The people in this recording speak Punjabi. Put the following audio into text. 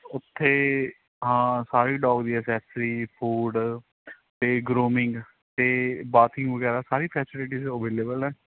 ਉੱਥੇ ਹਾਂ ਸਾਰੀ ਡੋਗ ਦੀ ਅਸੈਸਰੀ ਫੂਡ ਅਤੇ ਗਰੋਮਿੰਗ ਅਤੇ ਬਾਫੀ ਵਗੈਰਾ ਸਾਰੀ ਫੈਸਿਲਿਟੀਸ ਅਵੇਲੇਬਲ ਹੈ